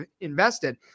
invested